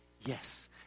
yes